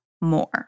more